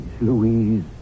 Louise